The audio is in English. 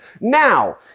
Now